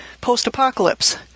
post-apocalypse